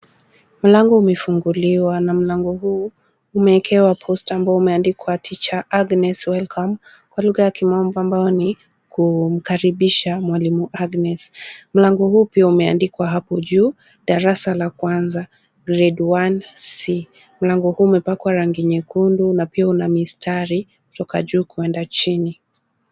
Mlango umefunguliwa na mlango huu umeekewa posta ambao umeandikwa Teacher Agnes Welcome kwa lugha ya kimombo ambayo ni kumkaribisha mwalimu Agnes. Mlango huu pia umeandikwa hapo juu, darasa la kwanza Grade 1 C . Mlango huu umepakwa rangi nyekundu na pia una mistari kutoka juu kwenda chini.